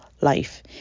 life